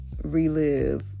relive